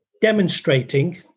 demonstrating